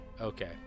Okay